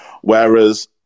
Whereas